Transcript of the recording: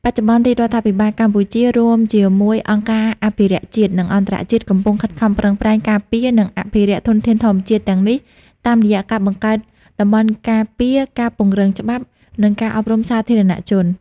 បច្ចុប្បន្ន រាជរដ្ឋាភិបាលកម្ពុជា រួមជាមួយអង្គការអភិរក្សជាតិ និងអន្តរជាតិ កំពុងខិតខំប្រឹងប្រែងការពារ និងអភិរក្សធនធានធម្មជាតិទាំងនេះតាមរយៈការបង្កើតតំបន់ការពារ ការពង្រឹងច្បាប់ និងការអប់រំសាធារណជន។